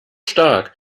stark